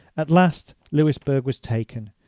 at last louisbourgh was taken,